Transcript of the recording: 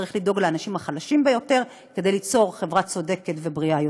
וצריך לדאוג לאנשים החלשים ביותר כדי ליצור חברה צודקת ובריאה יותר.